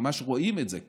ממש רואים את זה.